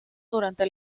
durante